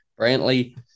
Brantley